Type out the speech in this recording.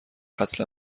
اصلا